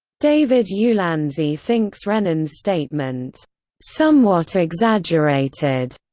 david ulansey thinks renan's statement somewhat exaggerated,